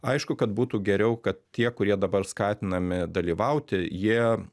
aišku kad būtų geriau kad tie kurie dabar skatinami dalyvauti jie